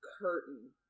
curtain